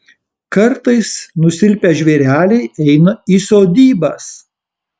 kartais nusilpę žvėreliai eina į sodybas